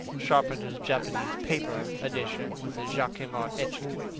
charpentier's japanese-paper edition, with the jacquemart etching.